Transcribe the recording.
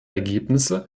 ergebnisse